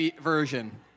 version